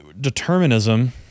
determinism